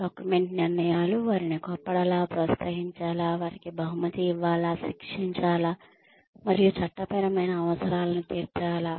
document నిర్ణయాలు వారిని కోప్పడాల ప్రోత్సహించాలా వారికి బహుమతి ఇవ్వాలా శిక్షించాలా మరియు చట్టపరమైన అవసరాలను తీర్చాలా